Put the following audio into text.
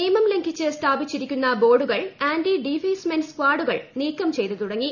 നിയമം ലംഘിച്ചു് സ്ഥാപിച്ചിരിക്കുന്ന ബോർഡുകൾ ആന്റീ ഡീഫേസ്മെന്റ് സ്കാഡുകൾ നീക്കം ചെയ്തു തുടങ്ങി